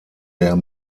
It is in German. der